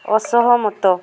ଅସହମତ